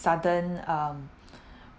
sudden um